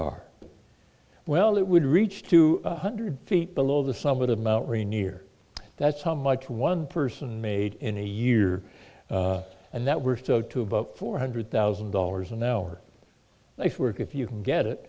are well it would reach two hundred feet below the summit of mount rainier that's how much one person made in a year and that were so to about four hundred thousand dollars an hour nice work if you can get it